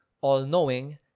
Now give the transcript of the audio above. all-knowing